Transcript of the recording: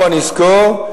הבה נזכור,